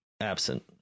absent